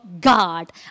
God